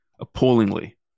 appallingly